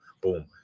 boom